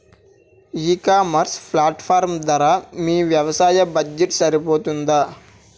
ఈ ecommerce platform ధర మీ వ్యవసాయ బడ్జెట్ సరిపోతుందా?